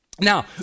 Now